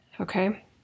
Okay